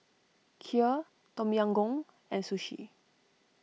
Kheer Tom Yam Goong and Sushi